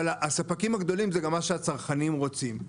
הספקים הגדולים זה גם מה שהצרכנים רוצים.